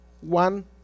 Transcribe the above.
one